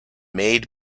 made